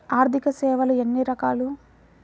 ఆర్థిక సేవలు ఎన్ని రకాలు?